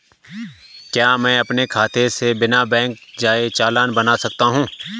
क्या मैं अपने खाते से बिना बैंक जाए चालान बना सकता हूँ?